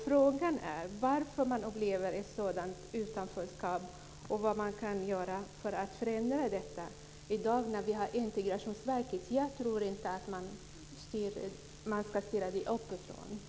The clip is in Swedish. Frågan är varför man upplever ett sådant utanförskap och vad vi kan göra för att förändra detta i dag när vi har Integrationsverket. Jag tror inte att man ska styra detta uppifrån.